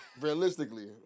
Realistically